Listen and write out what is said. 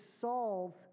Saul's